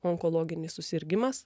onkologinis susirgimas